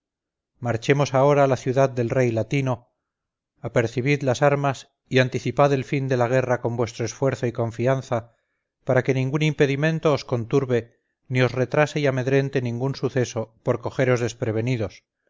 marchemos ahora a la ciudad del rey latino apercibid las armas y anticipad el fin de la guerra con vuestro esfuerzo y confianza para que ningún impedimento os conturbe ni os retrase y amedrente ningún suceso por cogeros desprevenidos